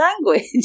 language